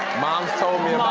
mom's told me